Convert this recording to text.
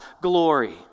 glory